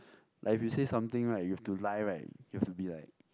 like if you say something right you have to lie right you have to be like